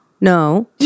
no